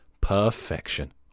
Perfection